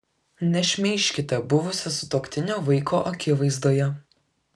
nešmeižkite buvusio sutuoktinio vaiko akivaizdoje